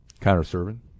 Counter-serving